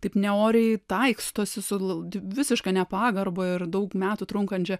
taip neoriai taikstosi suglaudi visiška nepagarba ir daug metų trunkančia